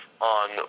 on